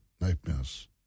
nightmares